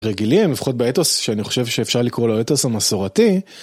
רגילים לפחות באתוס שאני חושב שאפשר לקרוא לו את האתןס המסורתי.